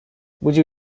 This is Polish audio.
budził